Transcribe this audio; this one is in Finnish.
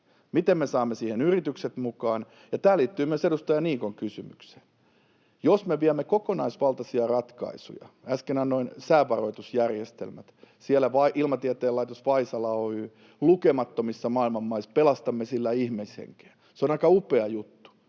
miten me saamme siihen yritykset mukaan, ja tämä liittyy myös edustaja Niikon kysymykseen. Jos me viemme kokonaisvaltaisia ratkaisuja — äsken annoin säävaroitusjärjestelmät, siellä Ilmatieteen laitos, Vaisala Oy, lukemattomissa maailman maissa pelastamme sillä ihmishenkiä — se on aika upea juttu.